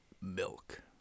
Milk